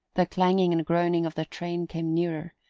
the clanging and groaning of the train came nearer,